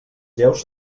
lleus